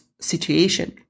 situation